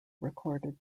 recorded